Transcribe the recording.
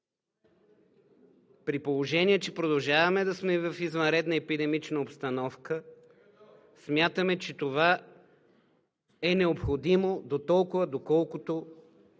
При положение че продължаваме да сме в извънредна епидемична обстановка, смятаме, че това е необходимо дотолкова, доколкото